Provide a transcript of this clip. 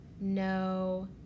no